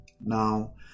Now